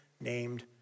named